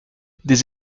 des